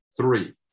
three